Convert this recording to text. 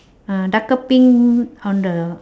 uh darker pink on the